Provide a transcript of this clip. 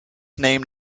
named